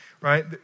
right